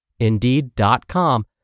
Indeed.com